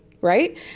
right